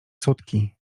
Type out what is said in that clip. sutki